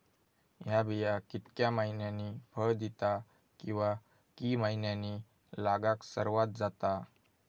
हया बिया कितक्या मैन्यानी फळ दिता कीवा की मैन्यानी लागाक सर्वात जाता?